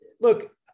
Look